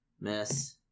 Miss